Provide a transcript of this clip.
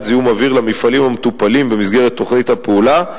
זיהום אוויר למפעלים המטופלים במסגרת תוכנית הפעולה,